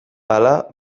hala